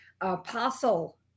Apostle